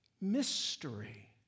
mystery